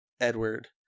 Edward